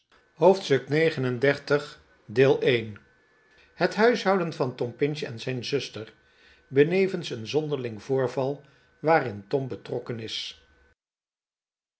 hoofdstuk xxxix het huishouden van tom pinch en zijn zuster benevens een zonderling voorval waarln tom betrokken is